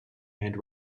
and